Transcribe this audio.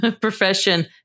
profession